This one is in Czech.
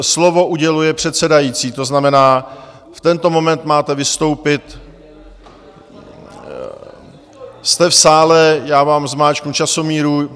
Slovo uděluje předsedající, to znamená, v tento moment máte vystoupit, jste v sále, já vám zmáčknu časomíru.